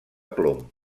plom